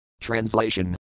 Translation